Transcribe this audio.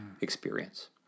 experience